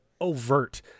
overt